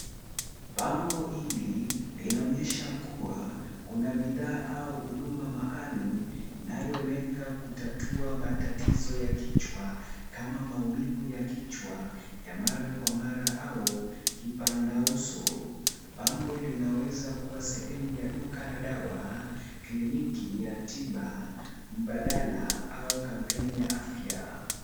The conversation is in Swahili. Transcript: Bango hili linaonyesha kuwa kuna bidhaa au huduma maalum, inayolenga kutatua matatizo ya kichwa kama maumivu ya kichwa ya mara kwa mara au kipanda uso. Bango linaweza kuwa sehemu ya duka la dawa, kliniki ya tiba mbadala au kampeni ya afya.